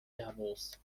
tables